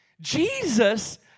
Jesus